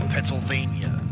Pennsylvania